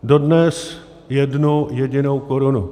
Dodnes jednu jedinou korunu.